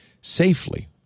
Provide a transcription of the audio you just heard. safely